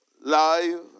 live